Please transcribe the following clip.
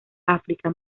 áfrica